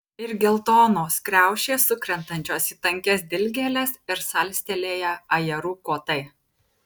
ir geltonos kriaušės sukrentančios į tankias dilgėles ir salstelėję ajerų kotai